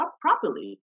properly